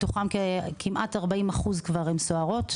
מתוכן כמעט כ-40% הן כבר סוהרות.